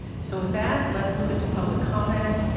so with that, let's move into public comment. and